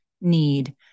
need